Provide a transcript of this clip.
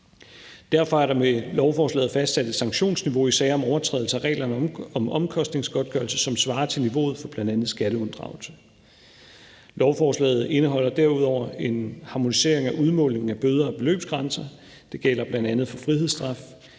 Derfor er der med lovforslaget fastsat et sanktionsniveau i sager om overtrædelse af reglerne om omkostningsgodtgørelse, som svarer til niveauet for bl.a. skatteunddragelse. Lovforslaget indeholder derudover en harmonisering af udmålingen af bøder og beløbsgrænser. Det gælder bl.a. for frihedsstraf.